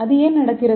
அது ஏன் நடக்கிறது